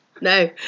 No